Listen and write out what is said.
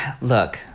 Look